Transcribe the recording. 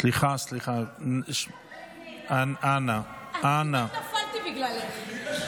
כמעט נפלתי בגללך.